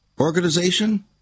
organization